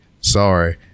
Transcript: sorry